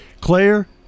Claire